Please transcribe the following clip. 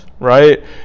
Right